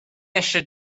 eisiau